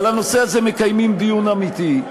על הנושא הזה מקיימים דיון אמיתי,